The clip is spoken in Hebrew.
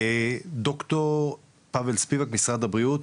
ד"ר פבל ספיבק ממשרד הבריאות,